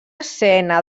escena